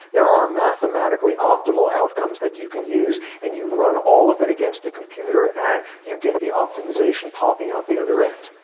there are mathematically optimal outcomes that you can use, and you run all of it against the computer, and you get the optimization popping out the other end.